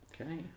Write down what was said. Okay